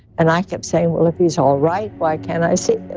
and i kept saying, well, if he's all right, why can't i see him?